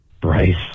Bryce